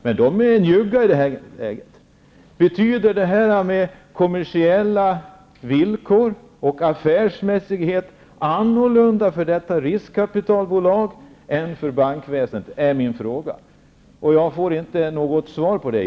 Men de är njugga i det här läget. Betyder detta med kommersiella villkor och affärsmässighet något annorlunda för riskkapitalbolaget än för bankväsendet? Det är min fråga, och jag får inte något svar på den.